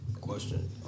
Question